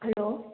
hello